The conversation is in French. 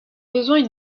besoin